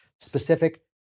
Specific